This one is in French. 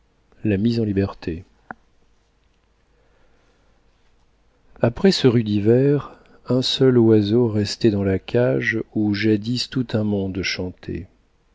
après ce rude hiver un seul oiseau restait dans la cage où jadis tout un monde chantait